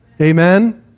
Amen